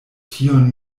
tion